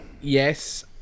Yes